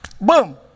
boom